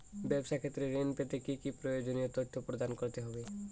ব্যাবসা ক্ষেত্রে ঋণ পেতে কি কি প্রয়োজনীয় তথ্য প্রদান করতে হবে?